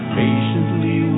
patiently